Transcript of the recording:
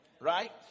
Right